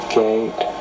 gate